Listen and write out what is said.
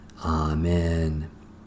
Amen